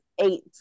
eight